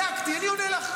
בדקתי, אני עונה לך.